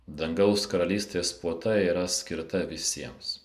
dangaus karalystės puota yra skirta visiems